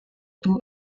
two